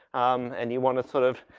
um, and you wanna sort of,